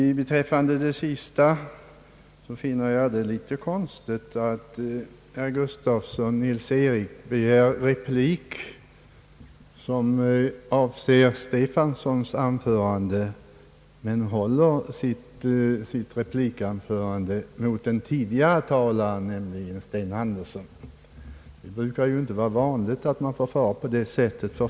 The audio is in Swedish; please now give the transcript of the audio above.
Vad beträffar de senaste anförandena finner jag det litet egendomligt att herr Nils-Eric Gustafsson begär ordet för en replik efter herr Stefansons anförande men håller sitt replikanförande mot en tidigare talare, nämligen herr Sten Andersson. Det är inte vanligt att man förfar på det sättet.